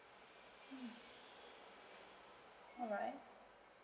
mm alright